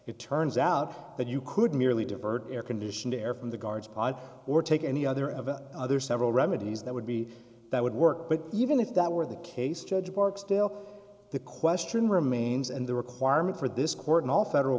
it turns out that you could merely divert air conditioned air from the guards pod or take any other of the other several remedies that would be that would work but even if that were the case judge mark still the question remains and the requirement for this court in all federal